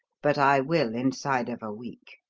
but i will inside of a week.